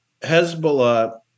Hezbollah